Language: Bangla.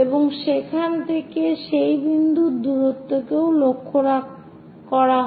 এবং সেখান থেকে সেই বিন্দুর দূরত্ব কে ও লক্ষ্য করা হয়